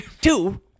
two